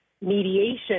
mediation